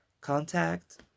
contact